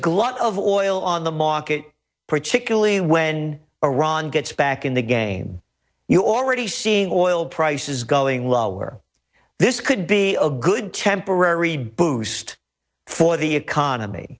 glut of oil on the market particularly when iran gets back in the game you already see oil prices going well where this could be a good temporary boost for the economy